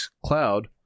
Cloud